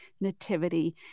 nativity